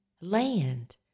land